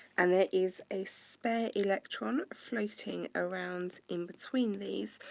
and there is a spare electron floating around in between these,